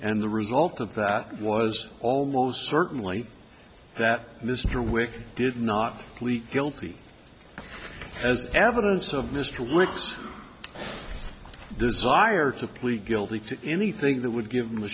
and the result of that was almost certainly that mr wick did not plead guilty as evidence of mr wix desire to plead guilty to anything that would give him a